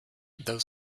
though